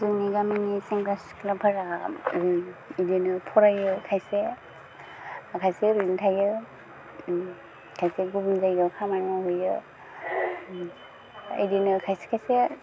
जोंनि गामिनि सेंग्रा लिख्लाफोरा बिदिनो फरायो खायसे ओरैनो थायो खायसे गुबुन जायगायाव खामानि मावहैयो बिदिनो खायसे खायसे